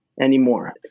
anymore